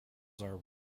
are